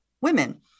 women